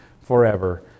forever